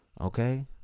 okay